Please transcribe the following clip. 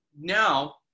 now